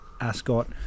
Ascot